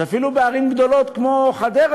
אז אפילו בערים גדולות כמו חדרה,